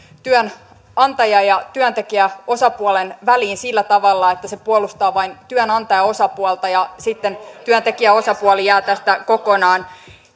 työnantaja ja työntekijäosapuolen väliin sillä tavalla että se puolustaa vain työnantajaosapuolta ja sitten työntekijäosapuoli jää tästä kokonaan